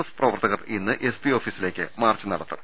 F പ്രവർത്തകർ ഇന്ന് S P ഓഫീസിലേക്ക് മാർച്ച് നടത്തും